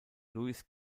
louis